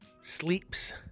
sleeps